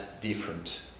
different